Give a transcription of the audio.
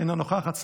אינה נוכחת,